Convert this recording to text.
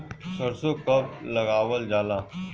सरसो कब लगावल जाला?